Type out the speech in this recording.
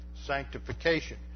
sanctification